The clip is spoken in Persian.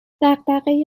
دغدغه